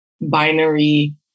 binary